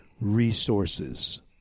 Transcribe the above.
resources